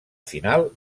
final